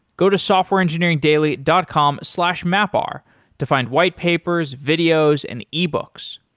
go to softwareengineeringdaily dot com slash mapr to find whitepapers, videos and ebooks.